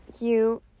You-